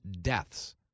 deaths